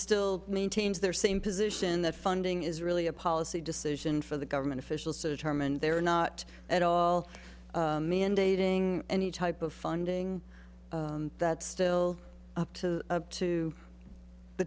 still maintains their same position that funding is really a policy decision for the government officials to term and they're not at all mandating any type of funding that's still up to to the